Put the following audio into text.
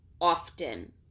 often